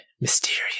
Mysterious